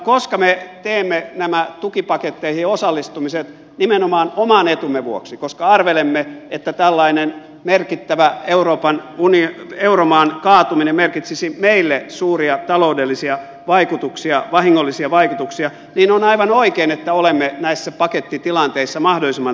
koska me teemme nämä tukipaketteihin osallistumiset nimenomaan oman etumme vuoksi koska arvelemme että tällainen merkittävän euromaan kaatuminen merkitsisi meille suuria taloudellisia vaikutuksia vahingollisia vaikutuksia niin on aivan oikein että olemme näissä pakettitilanteissa mahdollisimman tiukkoina